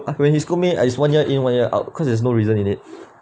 when he scold me is one ear in one ear out cause there's no reason in it